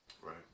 Right